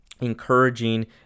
encouraging